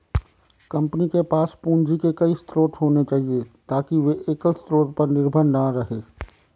company के पास पूंजी के कई स्रोत होने चाहिए ताकि वे एकल स्रोत पर निर्भर न रहें